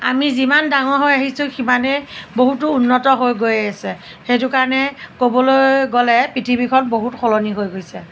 আমি যিমান ডাঙৰ হৈ আহিছোঁ সিমান বহুতো উন্নত হৈ গৈ আছে সেইটো কাৰণে ক'বলৈ গ'লে পৃথিৱীখন বহুত সলনি হৈ গৈছে